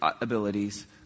abilities